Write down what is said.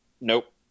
Nope